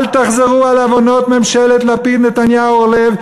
אל תחזרו על עוונות ממשלת לפיד-נתניהו-אורלב,